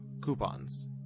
coupons